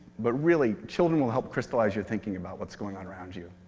but really, children will help crystallize your thinking about what's going on around you.